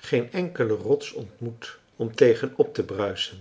geen enkele rots ontmoet om tegen optebruisen